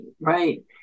right